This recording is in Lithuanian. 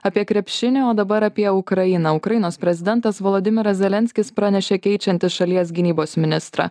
apie krepšinį o dabar apie ukrainą ukrainos prezidentas voladimiras zelenskis pranešė keičiantis šalies gynybos ministrą